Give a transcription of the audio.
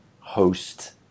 host